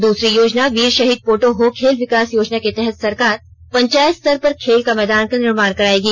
दूसरी योजना वीर शहीद पोटो हो खेल विकास योजना के तहत सरकार पंचायत स्तर पर खेल का मैदान का निर्माण करायेगी